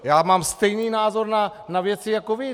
Já mám stejný názor na věci jako vy.